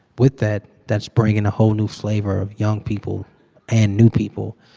with that that's bringing a whole new flavor of young people and new people,